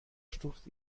stuft